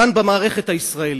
כאן במערכת הישראלית.